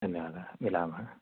धन्यवादाः मिलामः